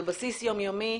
על בסיס יום-יומי.